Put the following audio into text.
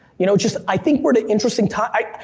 you know, just i think we're at an interesting time,